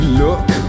look